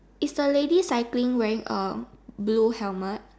is the lady cycling wearing a blue helmet